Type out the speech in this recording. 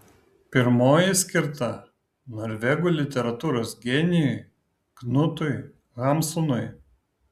pirmoji skirta norvegų literatūros genijui knutui hamsunui